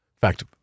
fact